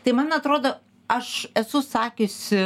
tai man atrodo aš esu sakiusi